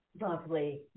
Lovely